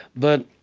but